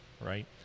right